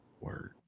Word